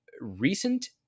recent